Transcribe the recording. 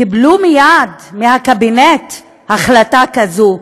קיבלו מייד מהקבינט החלטה כזו.